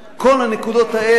כל הנקודות האלה